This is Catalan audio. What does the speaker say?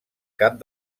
cap